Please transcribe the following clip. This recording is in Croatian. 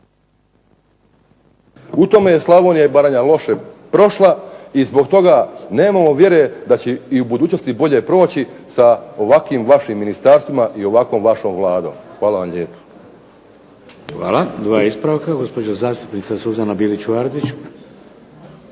u tome je Slavonija i Baranja loše prošla i zbog toga nemamo vjere da će i u budućnosti bolje proći sa ovakvim vašim ministarstvima i ovakvom vašom Vladom. Hvala vam lijepo. **Šeks, Vladimir (HDZ)** Hvala. Dva ispravka. Gospođa zastupnica Suzana Bilić Vardić.